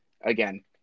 again